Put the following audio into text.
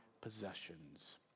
possessions